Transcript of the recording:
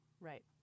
Right